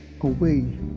Away